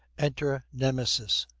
enter nemesis.